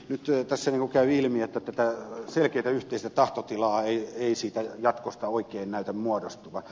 nyt tässä käy ilmi että selkeätä yhteistä tahtotilaa ei jatkosta oikein näytä muodostuvan